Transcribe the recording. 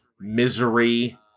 Misery